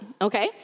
Okay